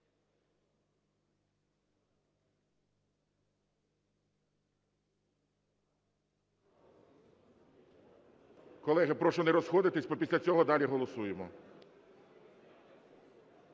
Колеги, прошу не розходитися, ми після цього далі голосуємо.